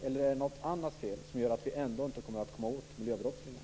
Eller är det något annat fel som gör att vi ändå inte kommer att komma åt miljöbrottslingarna?